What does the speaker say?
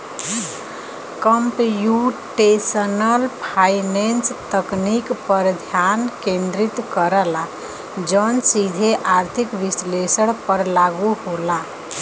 computational finance तकनीक पर ध्यान केंद्रित करला जौन सीधे आर्थिक विश्लेषण पर लागू होला